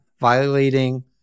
violating